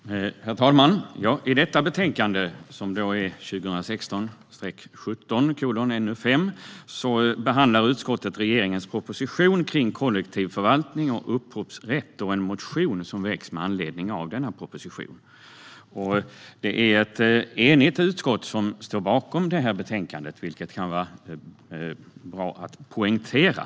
Herr talman! I detta betänkande, 2016/17:NU5, behandlar utskottet regeringens proposition om kollektiv förvaltning av upphovsrätt och en motion som väckts med anledning av denna proposition. Kollektiv förvaltning av upphovsrätt Det är ett enigt utskott som står bakom detta betänkande, vilket kan vara bra att poängtera.